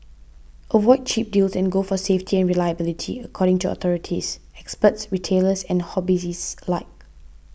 avoid cheap deals and go for safety and reliability according to authorities experts retailers and hobbyists alike